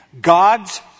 God's